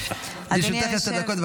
לרשותך עשר דקות.